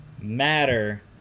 matter